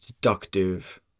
deductive